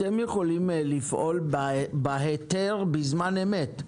אתם יכולים לפעול בהיתר בזמן אמת.